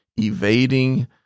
evading